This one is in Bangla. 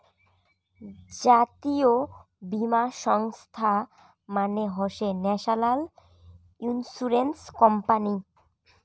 জাতীয় বীমা সংস্থা মানে হসে ন্যাশনাল ইন্সুরেন্স কোম্পানি